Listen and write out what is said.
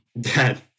Dad